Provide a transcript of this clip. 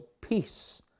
peace